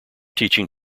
teaching